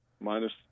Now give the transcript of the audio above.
minus